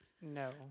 No